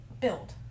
build